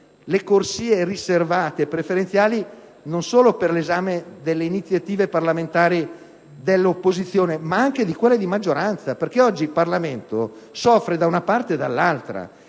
alle corsie riservate e preferenziali, non solo per l'esame delle iniziative parlamentari dell'opposizione, ma anche di quelle di maggioranza; oggi infatti il Parlamento soffre da una parte e dall'altra